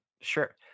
sure